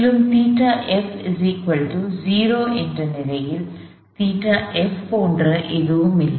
மேலும் ϴf 0 என்ற நிலையில் ϴf போன்ற எதுவும் இல்லை